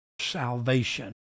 salvation